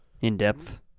In-depth